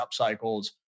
upcycles